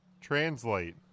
translate